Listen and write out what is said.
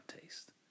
taste